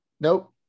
Nope